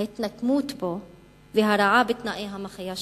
ההתנקמות בו והרעה בתנאי המחיה שלו,